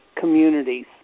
communities